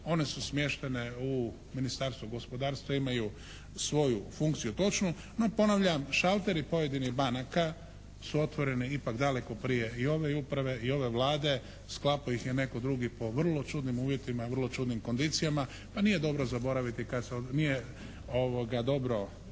one su smještene u Ministarstvo gospodarstva. Imaju svoju funkciju točnu. No ponavljam, šalteri pojedinih banaka su otvoreni ipak daleko prije i ove uprave i ove Vlade. Sklapao ih je netko drugi po vrlo čudnim uvjetima i vrlo čudnim kondicijama. Pa nije dobro zaboraviti, nije dobro